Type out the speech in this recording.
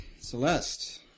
Celeste